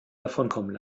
davonkommen